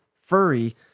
Furry